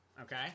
Okay